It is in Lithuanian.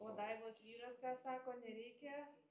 o daivos vyras ką sako nereikia